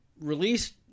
released